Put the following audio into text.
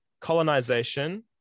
colonization